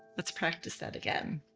let's practice that again.